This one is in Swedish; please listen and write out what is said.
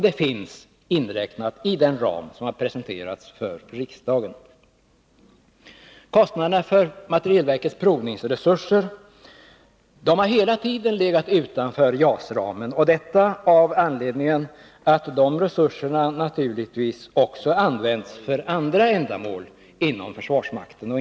De är inräknade i den ram som har presenterats för riksdagen. Kostnaderna för materielverkets provningsresurser har hela tiden legat utanför JAS-ramen — detta av det skälet att de resurserna naturligtvis används också för andra ändamål inom försvarsmakten.